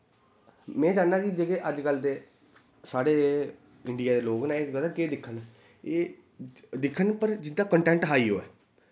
में चाह्न्नां कि जेह्के अज्जकल दे साढ़े इंडिया दे लोग न एह् पता केह् दिक्खन एह् दिक्खन पर जेह्दा कंटैन्ट हाई होऐ